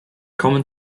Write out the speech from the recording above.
common